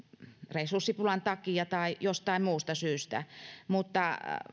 resurssipulan takia tai jostain muusta syystä mutta